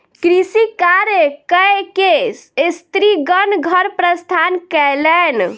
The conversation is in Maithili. कृषि कार्य कय के स्त्रीगण घर प्रस्थान कयलैन